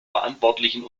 verantwortlichen